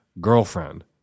girlfriend